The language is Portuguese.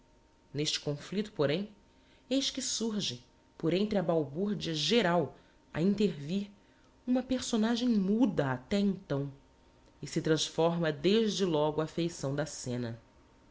n'este conflicto porém eis que surge por entre a balburdia geral a intervir uma personagem muda até então e se transforma desde logo a feição da scena